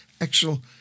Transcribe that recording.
actual